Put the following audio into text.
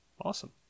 Awesome